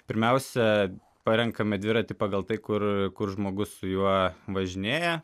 pirmiausia parenkame dviratį pagal tai kur kur žmogus su juo važinėja